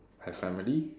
have family